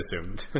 assumed